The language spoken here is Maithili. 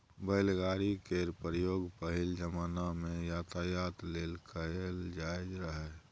बैलगाड़ी केर प्रयोग पहिल जमाना मे यातायात लेल कएल जाएत रहय